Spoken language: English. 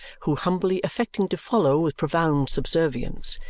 who, humbly affecting to follow with profound subservience,